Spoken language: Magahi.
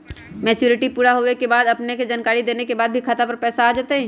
मैच्युरिटी पुरा होवे के बाद अपने के जानकारी देने के बाद खाता पर पैसा आ जतई?